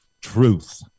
Truth